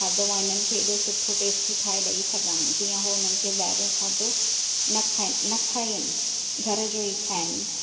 खाधो मां इन्हनि खे एॾो सुठो टेस्टी ठाहे ॾेई सघां जीअं उहो उन्हनि खे ॿाहिरियों खाधो न खाइनि न खाइनि घर जो ई खाइनि